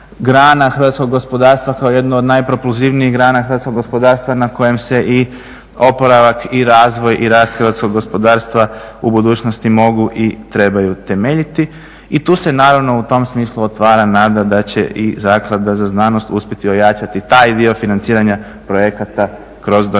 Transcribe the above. grana hrvatskog gospodarstva, kao jednu od … grana hrvatskog gospodarstva na kojem se i oporavak i razvoj i rast hrvatskog gospodarstva u budućnosti mogu i trebaju temeljiti. I tu se naravno u tom smislu otvara nada da će i Zaklada za znanost uspjeti ojačati taj dio financiranja projekata kroz donacije